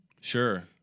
Sure